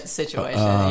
situation